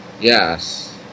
Yes